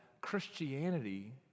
Christianity